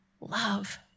love